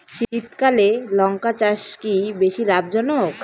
শীতকালে লঙ্কা চাষ কি বেশী লাভজনক?